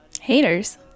Haters